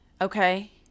Okay